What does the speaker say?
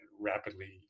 rapidly